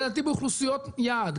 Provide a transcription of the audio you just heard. לדעתי באוכלוסיות יעד,